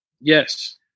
Yes